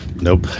Nope